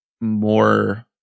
more